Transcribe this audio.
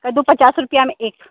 कद्दू पचास रुपया में एक